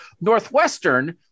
Northwestern